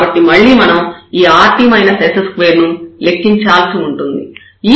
కాబట్టి మళ్ళీ మనం ఈ rt s2 ను లెక్కించాల్సి ఉంటుంది